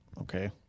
okay